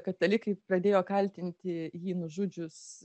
katalikai pradėjo kaltinti jį nužudžius